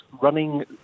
running